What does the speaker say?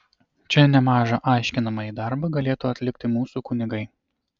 čia nemažą aiškinamąjį darbą galėtų atlikti mūsų kunigai